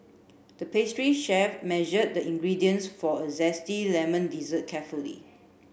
the pastry chef measured the ingredients for a zesty lemon dessert carefully